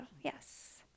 Yes